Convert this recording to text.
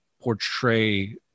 portray